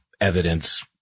evidence